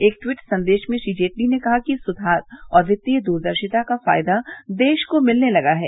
एक टवीट संदेश में श्री जेटली ने कहा कि सुधार और वित्तीय दूरदर्शिता का फायदा देश को मिलने लगा है